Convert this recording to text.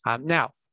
Now